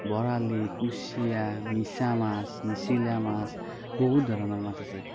বৰালি কুছিয়া মিছা মাছ নিছিলা মাছ বহুত ধৰণৰ মাছ আছে